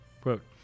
Quote